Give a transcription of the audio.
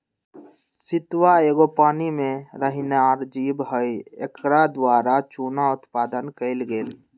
सितुआ एगो पानी में रहनिहार जीव हइ एकरा द्वारा चुन्ना उत्पादन कएल गेल